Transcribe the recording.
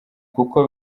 kuko